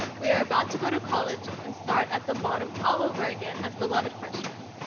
we are about, to go to college and start at the bottom all over again as beloved freshmen.